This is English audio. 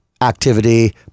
activity